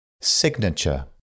Signature